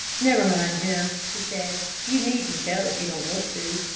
never mind, jim, he said. you needn't tell if you don't want to.